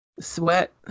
sweat